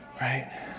right